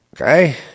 Okay